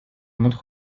montre